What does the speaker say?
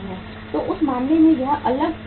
तो उस मामले में यह एक अलग प्रक्रिया है